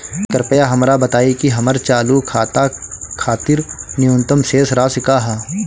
कृपया हमरा बताइं कि हमर चालू खाता खातिर न्यूनतम शेष राशि का ह